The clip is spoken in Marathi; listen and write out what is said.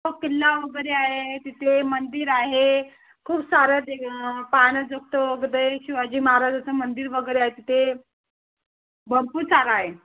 हो किल्ला वगैरे आहे तिथे मंदिर आहे खूप सारं ते पाण्याचं टब वगैरे शिवाजी महाराजाचं मंदिर वगैरे आहे तिथे भरपूर सारं आहे